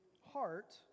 heart